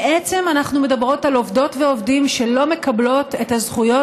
בעצם אנחנו מדברות על עובדות ועובדים שלא מקבלות את הזכויות